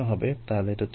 তাহলে এটা চলে যাবে